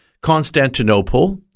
Constantinople